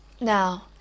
Now